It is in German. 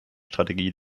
strategie